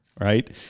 right